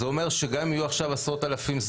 זה אומר שגם אם יהיו עכשיו עשרות אלפים,